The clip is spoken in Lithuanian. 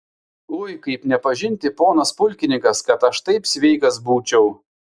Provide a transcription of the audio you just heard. ui kaip nepažinti ponas pulkininkas kad aš taip sveikas būčiau